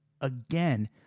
again